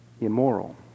immoral